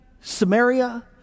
Samaria